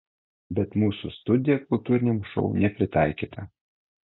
bet mūsų studija kultūriniam šou nepritaikyta